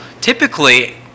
typically